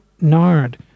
nard